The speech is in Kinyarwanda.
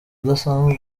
udasanzwe